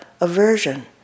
aversion